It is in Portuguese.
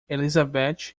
elizabeth